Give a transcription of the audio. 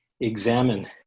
examine